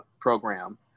program